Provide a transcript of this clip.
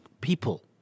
people